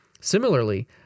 Similarly